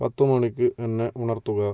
പത്ത് മണിക്ക് എന്നെ ഉണർത്തുക